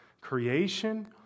creation